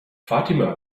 fatima